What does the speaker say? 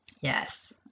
Yes